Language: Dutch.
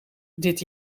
dit